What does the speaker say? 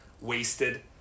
wasted